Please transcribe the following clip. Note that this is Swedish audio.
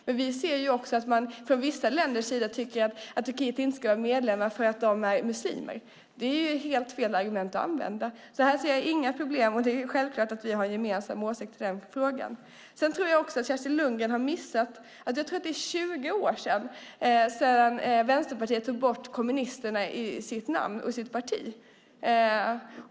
Men vi ser också att vissa länder tycker att Turkiet inte ska vara medlem för att de är muslimer. Det är helt fel argument att använda. Här ser jag inga problem, och det är självklart att vi har en gemensam åsikt i den frågan. Jag tror också att Kerstin Lundgren har missat att det är 20 år sedan Vänsterpartiet tog bort ordet "kommunisterna" ur sitt namn och sitt parti.